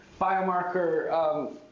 biomarker